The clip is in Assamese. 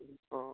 অঁ